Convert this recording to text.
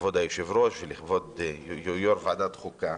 כבוד היושב-ראש, או ליו"ר ועדת החוקה.